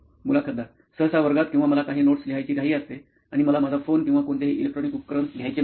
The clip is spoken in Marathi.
मुलाखतदार सहसा वर्गात किंवा मला काही नोट्स लिहायची घाई असते आणि मला माझा फोन किंवा कोणतेही इलेक्ट्रॉनिक उपकरण घ्यायचे नसते